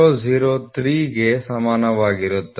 003 ಗೆ ಸಮಾನವಾಗಿರುತ್ತದೆ